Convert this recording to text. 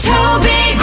Toby